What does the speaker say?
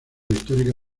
histórica